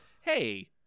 hey-